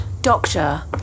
Doctor